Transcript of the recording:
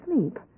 sleep